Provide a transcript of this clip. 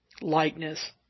likeness